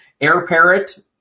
AirParrot